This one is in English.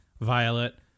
Violet